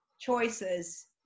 choices